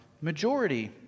majority